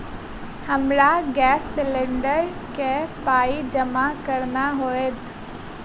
हमरा gas cylinder केँ पाई जमा केना हएत?